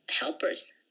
helpers